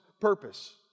purpose